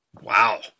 Wow